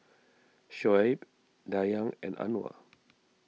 Shoaib Dayang and Anuar